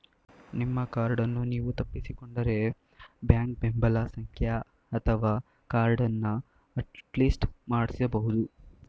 ನಿಮ್ಮ ಕಾರ್ಡನ್ನು ನೀವು ತಪ್ಪಿಸಿಕೊಂಡ್ರೆ ಬ್ಯಾಂಕ್ ಬೆಂಬಲ ಸಂಖ್ಯೆ ಅಥವಾ ಕಾರ್ಡನ್ನ ಅಟ್ಲಿಸ್ಟ್ ಮಾಡಿಸಬಹುದು